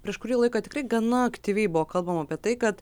prieš kurį laiką tikrai gana aktyviai buvo kalbama apie tai kad